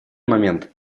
момент